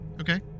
okay